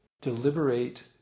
deliberate